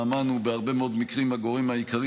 האומן בהרבה מאוד מקרים הוא הגורם העיקרי